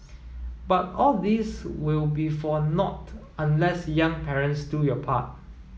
but all this will be for nought unless young parents do your part